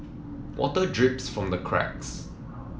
water drips from the cracks